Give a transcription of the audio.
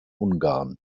ungarn